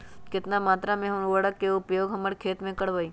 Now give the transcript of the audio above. कितना मात्रा में हम उर्वरक के उपयोग हमर खेत में करबई?